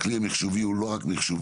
הכלי המיחשובי הוא לא רק מיחשובי,